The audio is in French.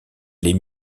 les